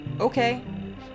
Okay